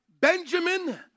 Benjamin